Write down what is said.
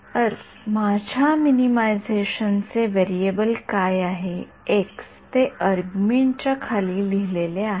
अर माझ्या मिनिमायझेशनचे व्हेरिएबल काय आहे एक्स ते आर्गमिनच्या खाली लिहिलेले आहे